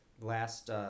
Last